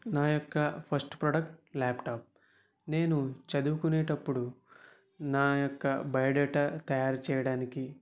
నా యొక్క first product laptop నేను చదువుకునేటప్పుడు నా యొక్క బయోడేటా తయారు చేయడానికి